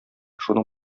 шуның